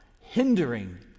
hindering